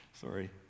Sorry